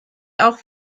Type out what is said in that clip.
auch